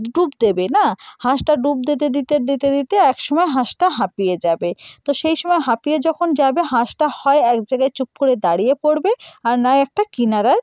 ডুব দেবে না হাঁসটা ডুব দিতে দিতে দিতে দিতে এক সময় হাঁসটা হাঁপিয়ে যাবে তো সেই সময় হাঁপিয়ে যখন যাবে হাঁসটা হয় এক জায়গায় চুপ করে দাঁড়িয়ে পড়বে আর নায় একটা কিনারায়